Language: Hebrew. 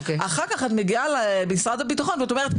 אחר כך את מגיעה למשרד הביטחון ואת אומרת,